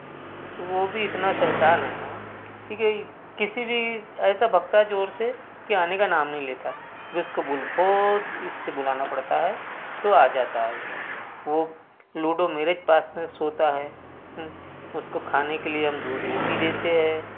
वह भी इतना शैतान है कि किसी भी ऐसा भगता है ज़ोर से कि आने का नाम नहीं लेता है फिर उसको बहुत ही तेज़ से बुलाना पड़ता है तो आ जाता है वह वह लूडो मेरे पास में सोता है उसको खाने के लिए हम दूध रोटी देते हैं